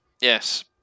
yes